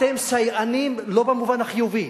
אתם סייענים לא במובן החיובי,